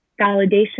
validation